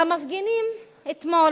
והמפגינים אתמול,